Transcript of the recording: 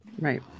right